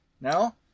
No